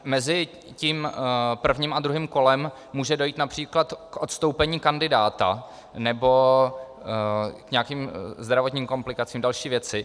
Mezi prvním a druhým kolem může dojít např. k odstoupení kandidáta nebo k nějakým zdravotním komplikacím, další věci.